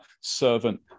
servant